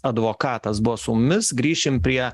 advokatas buvo su mumis grįšim prie